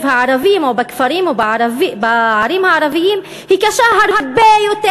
הערבים או בכפרים או בערים הערביות קשה הרבה יותר,